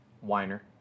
whiner